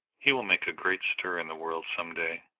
he will make a great stir in the world some day.